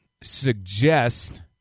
suggest